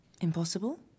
Impossible